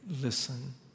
listen